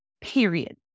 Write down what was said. period